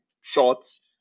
shorts